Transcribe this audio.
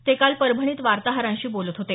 ते काल परभणीत वार्ताहरांशी बोलत होते